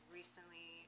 recently